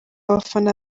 abafana